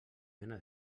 mena